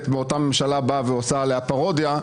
מאותה ממשלה באה ועושה עליה פרודיה,